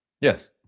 Yes